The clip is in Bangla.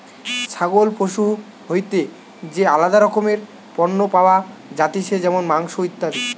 ছাগল পশু হইতে যে আলাদা রকমের পণ্য পাওয়া যাতিছে যেমন মাংস, ইত্যাদি